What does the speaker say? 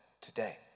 today